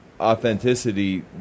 authenticity